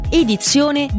edizione